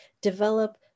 develop